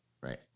right